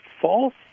false